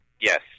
Yes